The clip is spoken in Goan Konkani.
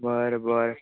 बरें बर